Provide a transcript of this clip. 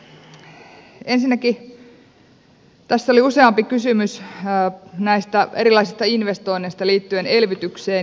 ensinnäkin tässä oli useampi kysymys näistä erilaisista investoinneista liittyen elvytykseen